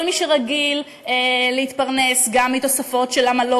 כל מי שרגיל להתפרנס גם מתוספות של עמלות,